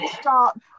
start